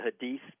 Hadith